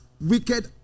wicked